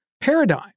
paradigm